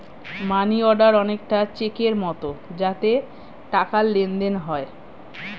মানি order অনেকটা চেকের মতো যাতে টাকার লেনদেন হয়